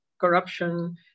corruption